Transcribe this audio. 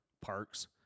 parks